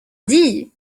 dit